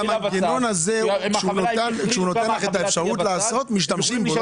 אבל המנגנון הזה כשהוא נותן לך את האפשרות לעשות משתמשים בו,